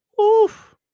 Oof